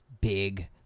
big